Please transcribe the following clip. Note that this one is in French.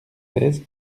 seize